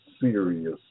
serious